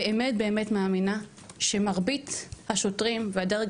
באמת באמת מאמינה שמרבית השוטרים והדרג